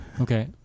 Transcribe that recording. Okay